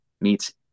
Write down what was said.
meets